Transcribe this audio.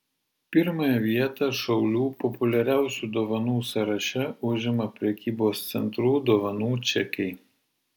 pirmąją vietą šaulių populiariausių dovanų sąraše užima prekybos centrų dovanų čekiai